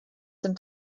sind